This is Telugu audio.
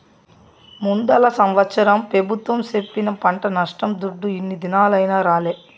ముందల సంవత్సరం పెబుత్వం సెప్పిన పంట నష్టం దుడ్డు ఇన్ని దినాలైనా రాలే